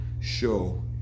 show